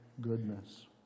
goodness